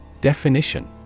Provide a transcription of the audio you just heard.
Definition